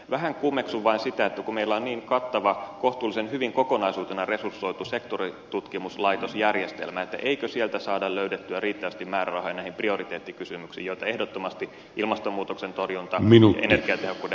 vähän kummeksun vain sitä että kun meillä on niin kattava kohtuullisen hyvin kokonaisuutena resursoitu sektoritutkimuslaitosjärjestelmä eikö sieltä löydy riittävästi määrärahoja näihin prioriteettikysymyksiin joita ehdottomasti ilmastonmuutoksen torjunta ja energiatehokkuuden parantaminen ovat